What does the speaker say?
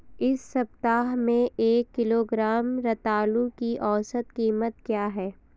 इस सप्ताह में एक किलोग्राम रतालू की औसत कीमत क्या है?